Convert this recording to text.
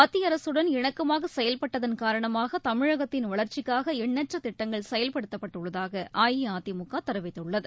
மத்திய அரசுடன் இணக்கமாக செயல்பட்டதன் காரணமாக தமிழகத்தின் வளர்ச்சிக்காக எண்ணற்ற திட்டங்கள் செயல்படுத்தப்பட்டுள்ளதாக அஇஅதிமுக தெரிவித்துள்ளது